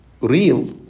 real